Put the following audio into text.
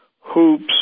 hoops